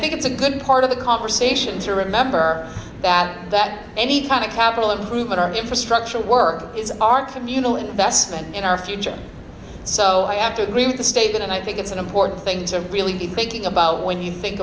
think it's a good part of the conversation to remember that that any kind of capital improvement or infrastructure work is our communal investment in our future so i have to agree with the statement and i think it's an important thing to really be thinking about when you think